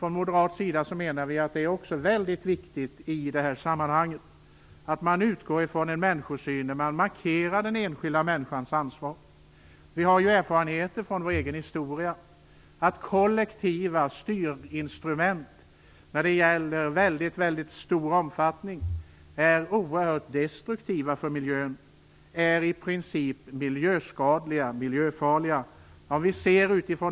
Vi moderater ser det som väldigt viktigt att man i det här sammanhanget utgår från en människosyn som markerar den enskilda människans ansvar. Vi har ju erfarenheter från vår egen historia av att kollektiva styrinstrument i mycket stor omfattning är oerhört destruktiva för miljön - de är i princip miljöskadliga, miljöfarliga.